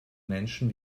menschen